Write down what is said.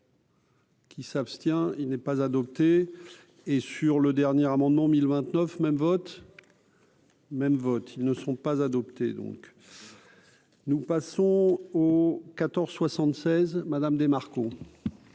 Qui s'abstient, il n'est pas adopté et sur le dernier amendement 1029 même vote même vote, ils ne sont pas adoptés donc nous passons au 14 76 madame DeMarco.